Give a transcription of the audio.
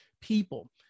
people